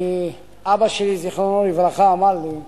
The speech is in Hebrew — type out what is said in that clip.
כי אבא שלי, זיכרונו לברכה, אמר לי: